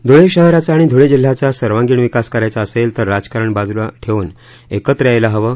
धुळे शहराचा आणि धुळे जिल्ह्याचा सर्वांगीण विकास करायचा असेल तर राजकारण बाजूला ठेवून एकत्र यायला हवं